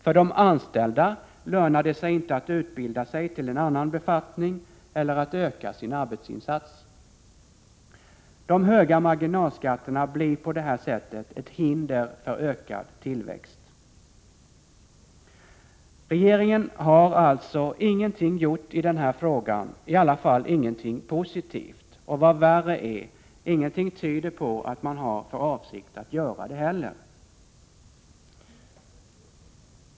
För de anställda lönar det sig inte att utbilda sig till en annan befattning eller att öka sin arbetsinsats. De höga marginalskatterna blir på det här sättet ett hinder för ökad tillväxt. Regeringen har alltså ingenting gjort i den här frågan — i alla fall ingenting positivt. Och vad värre är: ingenting tyder på att man har för avsikt att göra något heller.